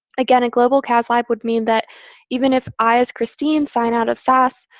again, a global cas lib would mean that even if i, as christine, sign out of sas,